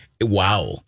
wow